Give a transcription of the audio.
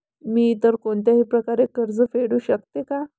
मी इतर कोणत्याही प्रकारे कर्ज फेडू शकते का?